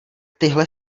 tyhle